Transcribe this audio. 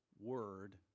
Word